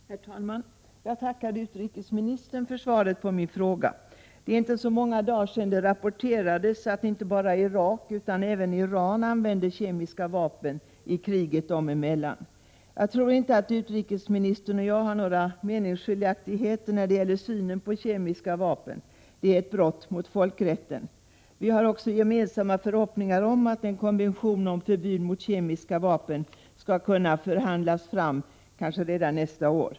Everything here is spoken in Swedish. Herr talman! Jag tackar utrikesministern för svaret på min fråga. Det är inte så många dagar sedan det rapporterades att inte bara Irak utan även Iran använder kemiska vapen i kriget dem emellan. Jag tror inte att utrikesministern och jag har några meningsskiljaktigheter när det gäller synen på kemiska vapen. De är ett brott mot folkrätten. Vi har dessutom gemensamma förhoppningar om att en konvention om förbud mot kemiska vapen skall kunna förhandlas fram, kanske redan nästa år.